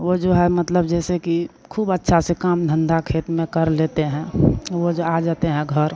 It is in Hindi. वह जो है मतलब जैसे कि खुब अच्छा से काम धंधा खेत में कर लेते हैं रोज़ आ जाते हैं घर